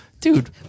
Dude